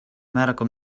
medical